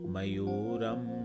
Mayuram